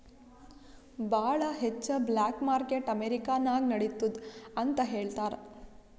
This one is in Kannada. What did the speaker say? ಭಾಳ ಹೆಚ್ಚ ಬ್ಲ್ಯಾಕ್ ಮಾರ್ಕೆಟ್ ಅಮೆರಿಕಾ ನಾಗ್ ನಡಿತ್ತುದ್ ಅಂತ್ ಹೇಳ್ತಾರ್